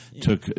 took